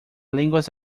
lenguas